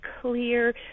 clear